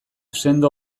sendo